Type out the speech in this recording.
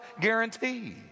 guarantee